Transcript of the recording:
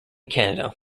canada